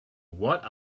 what